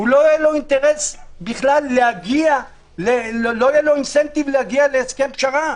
לא יהיה לו אינטרס בכלל להגיע להסכם פשרה.